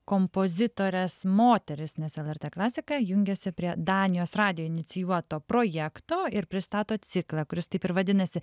kompozitores moteris nes lrt klasika jungiasi prie danijos radijo inicijuoto projekto ir pristato ciklą kuris taip ir vadinasi